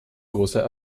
großer